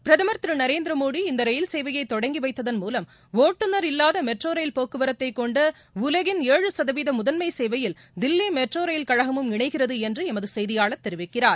பிரதம் திரு நரேந்திரமோடி இந்த ரயில் சேவையை தொடங்கி வைத்தன் மூலம் ஓட்டுநர் இல்லாத மெட்ரோ ரயில் போக்குவரத்தைக் கொண்ட உலகின் ஏழு சதவீத முதன்மை சேவையில் தில்லி மெட்ரோ ரயில் கழகமும் இணைகிறது என்று எமது செய்தியாளர் தெரிவிக்கிறார்